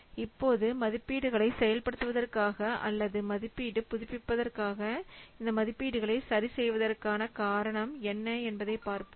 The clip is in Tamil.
இப்போது மதிப்பீடுகளை செயல்படுத்துவதற்காக அல்லது மதிப்பீடு புதுப்பிப்பதற்காக இந்த மதிப்பீடுகளை சரி செய்வதற்கான காரணம் என்ன என்பதை பார்ப்போம்